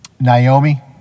Naomi